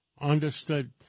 Understood